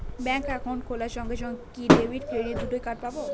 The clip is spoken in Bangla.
ব্যাংক অ্যাকাউন্ট খোলার সঙ্গে সঙ্গে কি ডেবিট ক্রেডিট দুটো কার্ড পাবো?